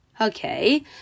Okay